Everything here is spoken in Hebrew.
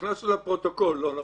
הכנסנו לפרוטוקול, לא לחוק.